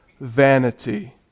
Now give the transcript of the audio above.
vanity